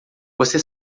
você